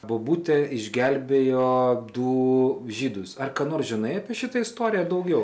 bobutė išgelbėjo du žydus ar ką nors žinai apie šitą istoriją daugiau